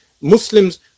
Muslims